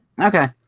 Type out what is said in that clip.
Okay